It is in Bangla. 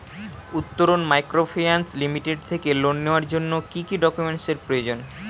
উত্তরন মাইক্রোফিন্যান্স লিমিটেড থেকে লোন নেওয়ার জন্য কি কি ডকুমেন্টস এর প্রয়োজন?